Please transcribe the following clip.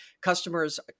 customers